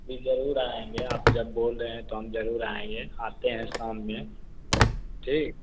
जी ज़रूर आएँगे आप जब बोल रहे हैं तो हम ज़रूर आएँगे आते हैं शाम में ठीक